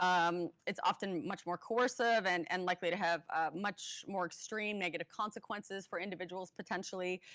um it's often much more coercive and and likely to have ah much more extreme negative consequences for individuals potentially.